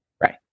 Right